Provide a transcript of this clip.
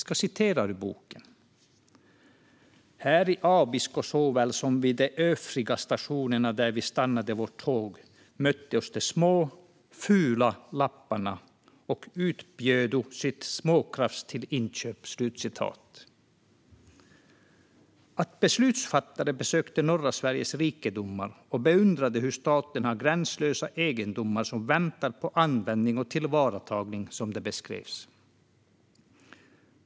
Jag citerar ur boken: "Här i Abisko såväl som vid de öfriga stationer där vi stannade vårt tåg mötte oss de små 'fula' lapparna och utbjödo sitt småkrafs till inköp". Beslutsfattare besökte alltså norra Sveriges rikedomar och beundrade statens gränslösa egendomar som "vänta på användning och tillvaratagande", som det beskrevs.